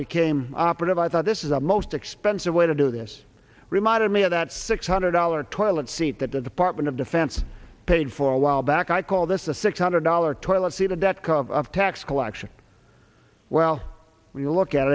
became operative i thought this is a most expensive way to do this reminded me of that six hundred dollar toilet seat that the department of defense paid for a while back i call this the six hundred dollar toilet seat of that car of tax collection well when you look at